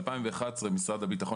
ב-2011 משרד הביטחון